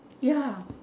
ya